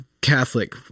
Catholic